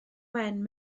wen